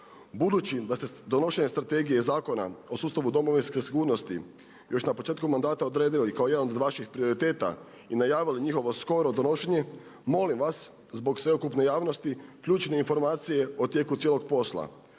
Budući da ste donošenje strategije i Zakona o sustavu domovinske sigurnosti još na početku mandata odredili kao jedan od vaših prioriteta i najavili njihovo skoro donošenje molim vas zbog sveukupne javnosti ključne informacije o tijeku cijelog posla